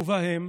ובהם